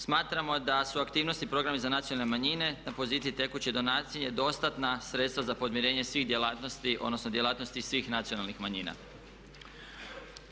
Smatramo da su aktivnosti i programi za nacionalne manjine na poziciji tekuće donacije dostatna sredstva za podmirenje svih djelatnosti odnosno djelatnosti svih nacionalnih manjina.